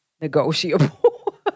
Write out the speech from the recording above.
negotiable